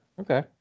Okay